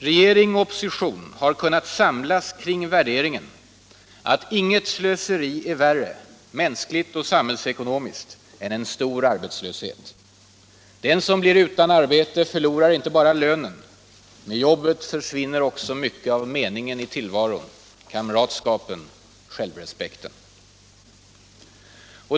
Regering och opposition har kunnat samlas kring värderingen att inget slöseri är värre, mänskligt och samhällsekonomiskt, än en stor arbetslöshet. Den som blir utan arbete förlorar inte bara lönen. Med jobbet försvinner också mycket av meningen i tillvaron, kamratskap och självrespekt.